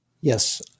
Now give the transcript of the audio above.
Yes